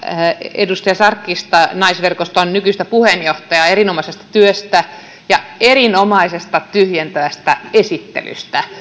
edustaja sarkkista naisverkoston nykyistä puheenjohtajaa erinomaisesta työstä ja erinomaisesta tyhjentävästä esittelystä